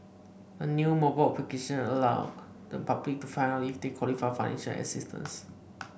a new mobile application allow the public to find out if they qualify for financial assistance